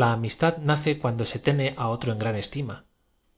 l a amistad nace cuando se tiene á otro en gran sétima